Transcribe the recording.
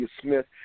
Smith